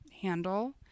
handle